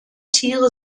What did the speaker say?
tiere